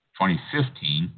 2015